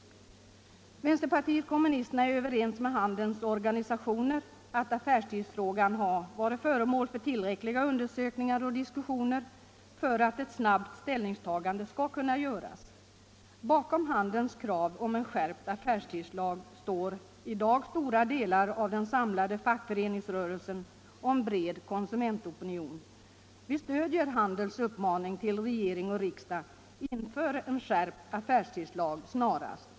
Vänterpartiet kommunisterna är överens med handelns organisationer om att affärstidsfrågan har varit föremål för tillräckliga undersökningar och diskussioner för att ett snabbt ställningstagande skall kunna göras. Bakom de handelsanställdas krav om en skärpt affärstidslag står i dag stora delar av den samlade fackföreningsrörelsen och en bred konsumentopinion. Vi stöder den uppmaning som Handelsanställdas förbund riktar till regering och riksdag: Inför en skärpt affärstidslag snarast!